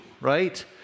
right